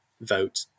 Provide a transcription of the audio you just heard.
vote